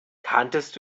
kanntest